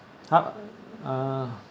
!huh! uh